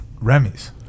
Remy's